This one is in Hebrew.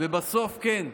ובסוף, כן,